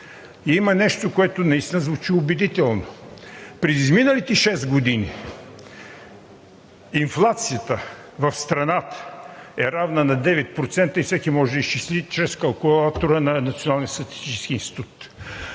Има нещо, което наистина звучи убедително. През изминалите шест години инфлацията в страната е равна на 9% и всеки може да я изчисли чрез калкулатора на